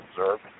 observed